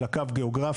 אלא קו גיאוגרפי,